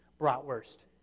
bratwurst